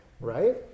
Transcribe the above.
Right